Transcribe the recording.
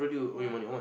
ya